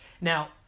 Now